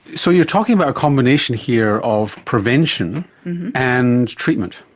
so you're talking about a combination here of prevention and treatment.